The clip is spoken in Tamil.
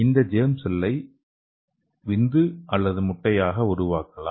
இந்த ஜெர்ம் செல்லை விந்து அல்லது முட்டையாக உருவாக்கலாம்